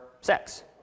sex